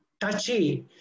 touchy